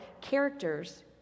characters